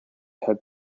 had